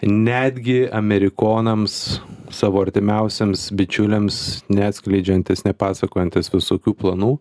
netgi amerikonams savo artimiausiems bičiuliams neatskleidžiantys nepasakojantys visokių planų